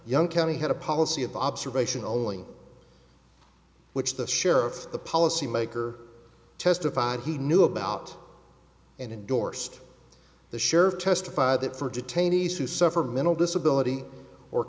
young county had a policy of observation only which the sheriff the policy maker testified he knew about and endorsed the sheriff testified that for detainees who suffer mental disability or